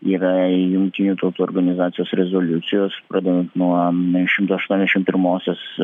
yra jungtinių tautų organizacijos rezoliucijos pradedant nuo šimto aštuoniasdešim pirmosios